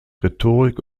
rhetorik